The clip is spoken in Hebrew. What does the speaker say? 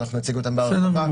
ואנחנו נציג אותן בהרחבה,